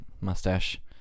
Mustache